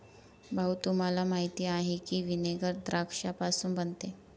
भाऊ, तुम्हाला माहीत आहे की व्हिनेगर द्राक्षापासून बनते